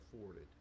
afforded